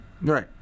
Right